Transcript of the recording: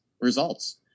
results